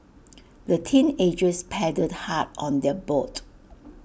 the teenagers paddled hard on their boat